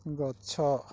ଗଛ